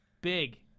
big